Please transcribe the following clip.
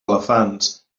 elefants